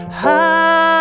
high